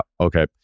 okay